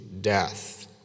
death